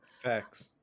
Facts